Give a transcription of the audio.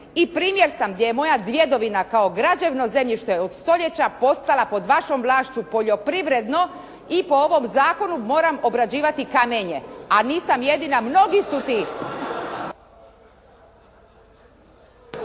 i primjer sam gdje moja djedovina kao građevno zemljište od stoljeća postala pod vašom vlašću poljoprivredno i po ovom zakonu moram obrađivati kamenje. A nisam jedina, mnogi su ti.